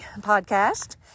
Podcast